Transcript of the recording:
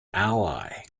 ally